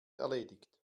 erledigt